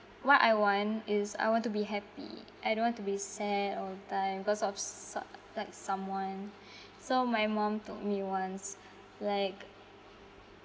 what I want is I want to be happy I don't want to be sad all that cause of so~ like someone so my mum told me once like